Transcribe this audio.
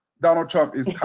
donald trump is